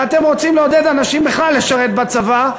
ואתם רוצים לעודד אנשים בכלל לשרת בצבא,